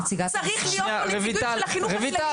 צריך להיות פה נציגות של החינוך הכללי,